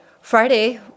Friday